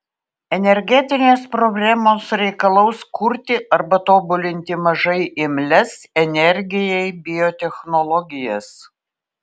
energetinės problemos reikalaus kurti arba tobulinti mažai imlias energijai biotechnologijas